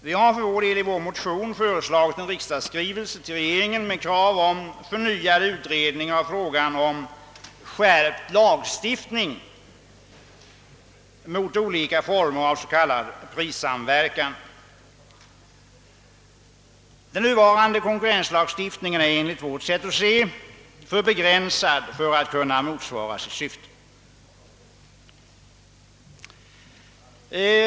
Vi har i vår motion föreslagit en riksdagsskrivelse till regeringen med krav på förnyad utredning av frågan om skärpt lagstiftning mot olika former av s.k. prissamverkan. Den nuvarande konkurrenslagstiftningen är enligt vårt sätt att se för begränsad för att kunna motsvara sitt syfte.